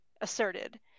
asserted